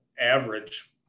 average